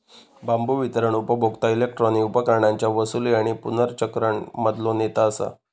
बांबू वितरण उपभोक्ता इलेक्ट्रॉनिक उपकरणांच्या वसूली आणि पुनर्चक्रण मधलो नेता असा